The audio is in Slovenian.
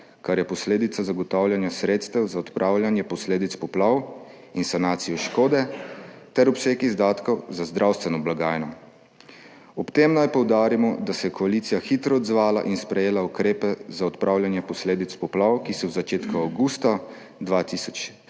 kar je posledica zagotavljanja sredstev za odpravljanje posledic poplav in sanacijo škode ter obseg izdatkov za zdravstveno blagajno. Ob tem naj poudarimo, da se je koalicija hitro odzvala in sprejela ukrepe za odpravljanje posledic poplav, ki so v začetku avgusta 2023